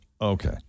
Okay